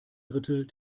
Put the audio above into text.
drittel